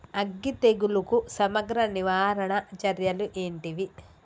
అగ్గి తెగులుకు సమగ్ర నివారణ చర్యలు ఏంటివి?